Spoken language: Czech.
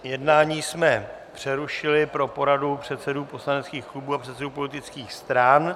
Jednání jsme přerušili pro poradu předsedů poslaneckých klubů a předsedů politických stran.